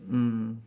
mm